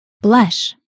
Blush